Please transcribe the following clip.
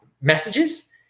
messages